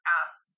ask